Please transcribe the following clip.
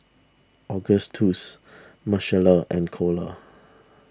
Augustus Marcella and Kole